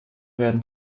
werden